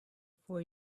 for